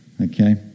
Okay